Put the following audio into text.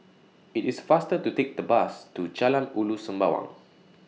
IT IS faster to Take The Bus to Jalan Ulu Sembawang